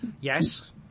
yes